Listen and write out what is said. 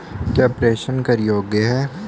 क्या प्रेषण कर योग्य हैं?